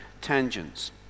tangents